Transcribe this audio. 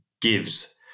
gives